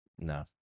No